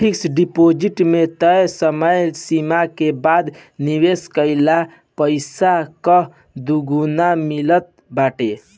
fix deposit में तय समय सीमा के बाद निवेश कईल पईसा कअ दुगुना मिलत बाटे